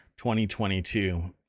2022